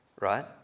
Right